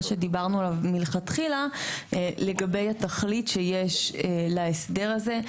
שדיברנו עליו מלכתחילה לגבי התכלית שיש להסדר הזה.